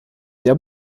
der